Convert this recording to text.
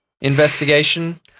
investigation